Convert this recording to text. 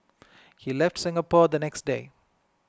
he left Singapore the next day